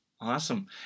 Awesome